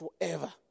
forever